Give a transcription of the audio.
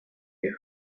you